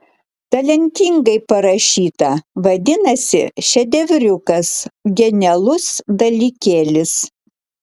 talentingai parašyta vadinasi šedevriukas genialus dalykėlis